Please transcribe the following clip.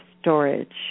storage